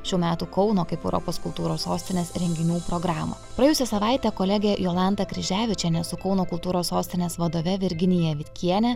šių metų kauno kaip europos kultūros sostinės renginių programą praėjusią savaitę kolegė jolanta kryževičienė su kauno kultūros sostinės vadove virginija vitkiene